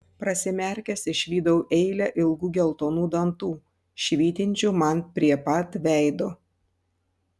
prasimerkęs išvydau eilę ilgų geltonų dantų švytinčių man prie pat veido